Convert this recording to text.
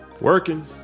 working